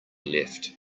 left